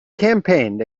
campaigned